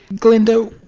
glenda,